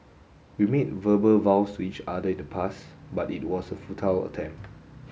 we made verbal vows to each other in the past but it was a futile attempt